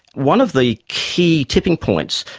one of the key tipping points,